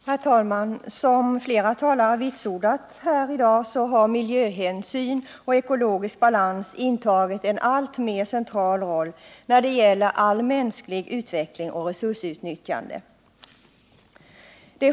Herr talman! Som flera talare vitsordat här i dag har miljöhänsyn och frågan om ekologisk balans intagit en alltmer central roll när det gäller all mänsklig utveckling och när det gäller resursutnyttjandet.